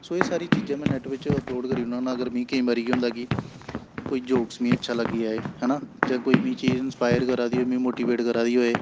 सो एह् सारी चीजां में नैट्ट बिच्च अपलोड करी ओड़ना होन्नां अगर मी केईं बारी केह् होंदा कि कोई जोक्स मी अच्छा लग्गी जाए है ना जां कोई मी चीज इंस्पायर करा दी होए मी मोटिवेट करा दी होए